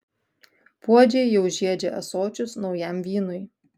puodžiai jau žiedžia ąsočius naujam vynui